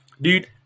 Dude